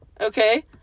Okay